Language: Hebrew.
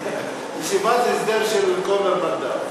ישיבת הסדר של הכומר נדאף.